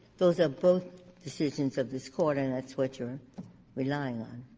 those are both decisions of this court, and that's what you're relying on.